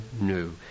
new